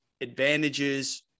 advantages